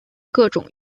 各种